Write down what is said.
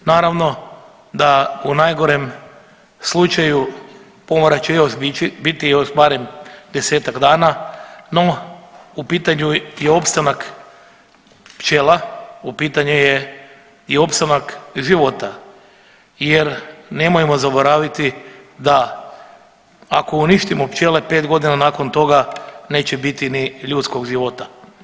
Naravno da u najgorem slučaju pomora će još biti još barem 10-ka dana no u pitanju je opstanak pčela, u pitanju je i opstanak života jer nemojmo zaboraviti da ako uništimo pčele 5 godina nakon toga neće biti ni ljudskog života.